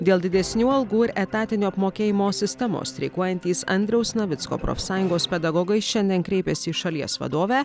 dėl didesnių algų ir etatinio apmokėjimo sistemos streikuojantys andriaus navicko profsąjungos pedagogai šiandien kreipėsi į šalies vadovę